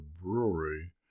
Brewery